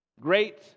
Great